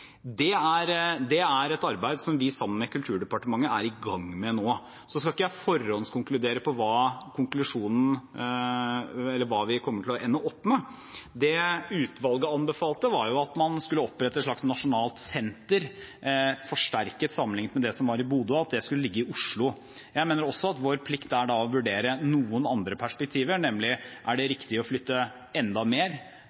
Det er et arbeid som vi sammen med Kulturdepartementet er i gang med nå. Jeg skal ikke på forhånd konkludere med hva vi kommer til å ende med. Det utvalget anbefalte, var at man skulle opprette et slags nasjonalt senter, forsterket sammenlignet med det som var i Bodø, og at det skulle ligge i Oslo. Jeg mener også at vår plikt da er å vurdere noen andre perspektiver, nemlig om det er riktig å flytte enda mer